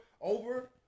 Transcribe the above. over